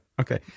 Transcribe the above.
Okay